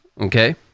Okay